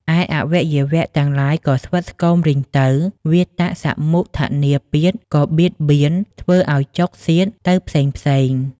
ឯអវយវៈទាំងឡាយក៏ស្វិតស្គមរីងទៅ វាតសមុដ្ឋានាពាធក៏បៀតបៀត ធ្វើឲ្យចុកសៀតទៅផ្សេងៗ ។